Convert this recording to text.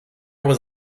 was